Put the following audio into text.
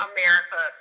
America